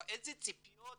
ואיזה ציפיות,